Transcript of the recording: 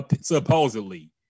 supposedly